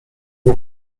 nie